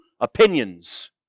opinions